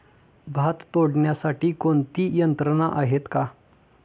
भात तोडण्यासाठी कोणती यंत्रणा आहेत का?